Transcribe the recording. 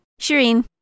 Shireen